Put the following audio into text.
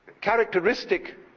characteristic